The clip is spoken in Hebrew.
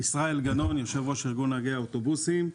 אני יושב-ראש ארגון נהגי האוטובוסים.